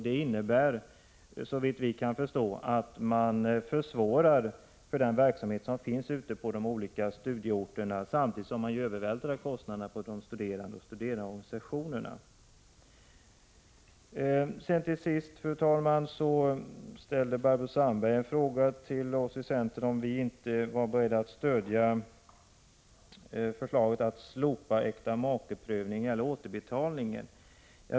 Det innebär såvitt vi kan förstå att man försvårar den verksamhet som finns ute på de olika studieorterna, samtidigt som man ju övervältrar kostnaderna på de studerande och på studerandeorganisationerna. 21 Till sist, fru talman, har Barbro Sandberg ställt en fråga till oss i centern om vi inte är beredda att stödja förslaget att slopa äktamakeprövningen när det gäller återbetalningen.